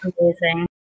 Amazing